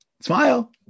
Smile